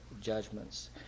judgments